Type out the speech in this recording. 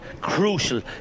crucial